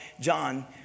John